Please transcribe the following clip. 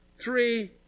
Three